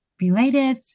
related